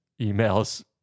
emails